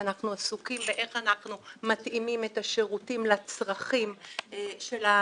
אנחנו עסוקים באיך אנחנו מתאימים את השירותים לצרכים של האנשים,